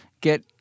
get